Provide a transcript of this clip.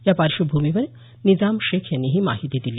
या पार्श्वभूमीवर निजाम शेख यांनी ही माहिती दिली